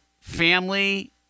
family